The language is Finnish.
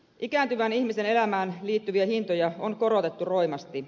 ikääntyvän ihmisen elämään liittyviä hintoja on korotettu roimasti